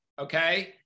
okay